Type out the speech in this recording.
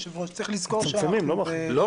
מצמצמים, לא מרחיבים.